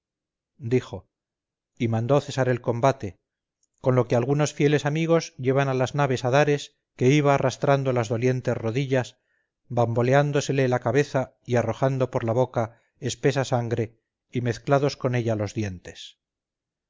dijo y mandó cesar el combate con lo que algunos fieles amigos llevan a las naves a dares que iba arrastrando las dolientes rodillas bamboleándosele la cabeza y arrojando por la boca espesa sangre y mezclados con ella los dientes